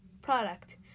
Product